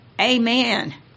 Amen